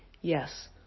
Yes